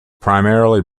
primarily